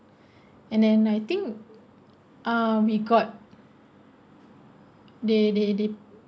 and then I think um we got they they they